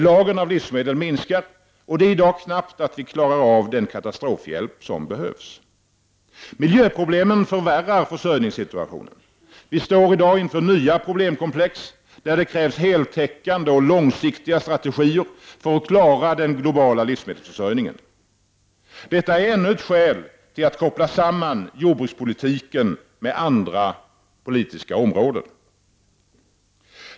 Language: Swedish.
Lagren av livsmedel minskar, och det är i dag knappt att vi klarar av den katastrofhjälp som behövs. Miljöproblemen förvärrar försörjningssituationen. Vi står i dag inför nya problemkomplex där det krävs heltäckande och långsiktiga strategier för att klara den globala livsmedelsförsörjningen. Detta är ännu ett skäl till att koppla samman jordbrukspolitiken med andra politiska områden.